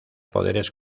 poderes